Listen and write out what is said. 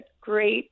great